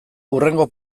hurrengo